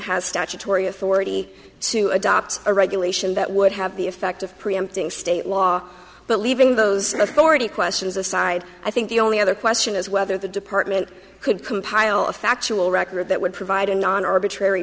has statutory authority to adopt a regulation that would have the effect of preempting state law but leaving those authority questions aside i think the only other question is whether the department could compile a factual record that would provide an non arbitra